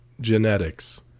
Genetics